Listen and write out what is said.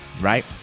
right